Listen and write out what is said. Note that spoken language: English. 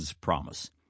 promise